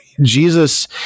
Jesus